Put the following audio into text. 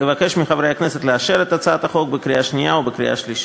אבקש מחברי הכנסת לאשר את הצעת החוק בקריאה שנייה ובקריאה שלישית.